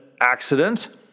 accident